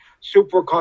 super